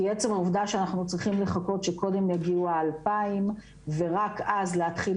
כי עצם העובדה שאנחנו צריכים לחכות שקודם יגיעו ה-2,000 ורק אז להתחיל